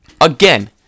Again